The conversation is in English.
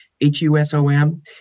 H-U-S-O-M